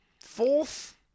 Fourth